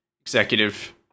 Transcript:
executive